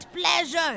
pleasure